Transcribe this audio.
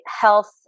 health